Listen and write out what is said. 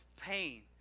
pain